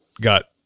got